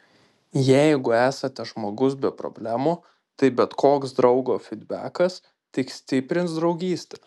jeigu esate žmogaus be problemų tai bet koks draugo fydbekas tik stiprins draugystę